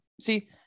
See